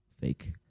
fake